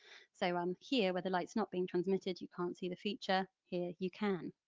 so um here where the light is not being transmitted you can't see the feature, here you can.